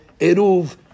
Eruv